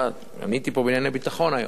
עניתי פה בענייני ביטחון היום.